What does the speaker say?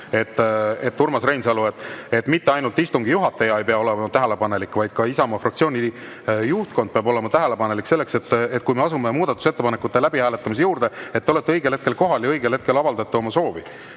juurde. Urmas Reinsalu, mitte ainult istungi juhataja ei pea olema tähelepanelik, vaid ka Isamaa fraktsiooni juhtkond peab olema tähelepanelik selleks, et kui me asume muudatusettepanekute läbihääletamise juurde, siis te olete õigel hetkel kohal ja õigel hetkel avaldate oma soovi.